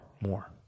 More